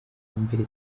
mbere